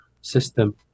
system